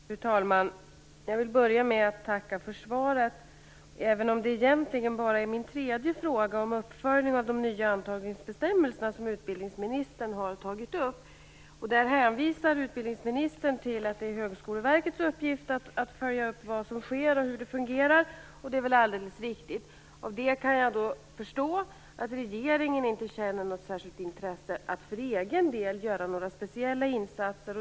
Fru talman! Jag vill börja med att tacka för svaret, även om utbildningsministern egentligen bara har tagit upp min tredje fråga om uppföljning av de nya antagningsbestämmelserna. Utbildningsministern hänvisar till att det är Högskoleverkets uppgift att följa upp vad som sker och hur det fungerar. Det är väl alldeles riktigt. Av det kan jag då förstå att regeringen inte känner något särskilt intresse för att för egen del göra några speciella insatser.